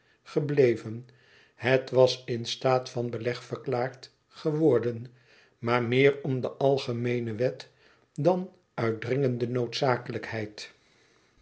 gebleven het was in staat van beleg verklaard geworden maar meer om de algemeene wet dan uit dringende noodzakelijkheid